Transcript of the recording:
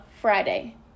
Friday